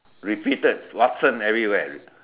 repeated Watsons everywhere